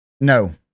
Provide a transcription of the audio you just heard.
No